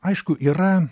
aišku yra